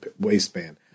waistband